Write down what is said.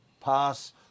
pass